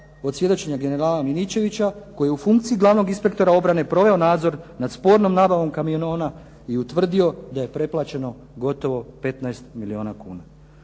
od svjedočenja generala Miličevića koji je u funkciji glavnog inspektora obrane proveo nadzor nad spornom nabavom kamiona i utvrdio da je preplaćeno gotovo 15 milijuna kuna.